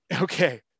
okay